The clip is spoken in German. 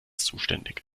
zuständig